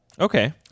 Okay